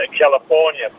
California